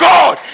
God